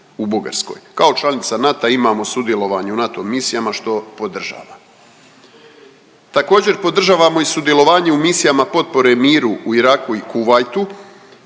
u Bugarskoj. Kao članica NATO-a imamo sudjelovanje u NATO misijama što podržavam. Također podržavamo i sudjelovanje u misijama potpore miru u Iraku i Kuvajtu